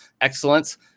excellence